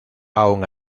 aun